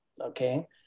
Okay